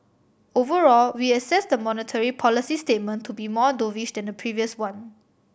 overall we assess the monetary policy statement to be more dovish than the previous one